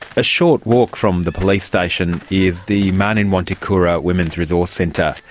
a short walk from the police station is the marninwarntikura women's resource centre.